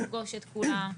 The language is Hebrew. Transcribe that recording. לפגוש את כולם.